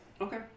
Okay